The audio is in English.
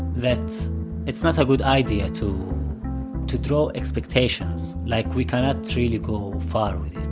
that it's not a good idea to to draw expectations. like, we cannot really go far with it.